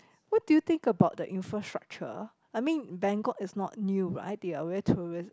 what do you think about the infrastructure I mean Bangkok is not new right they are very tourist